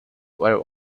were